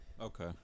okay